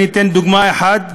אני אתן דוגמה אחת,